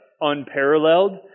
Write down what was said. unparalleled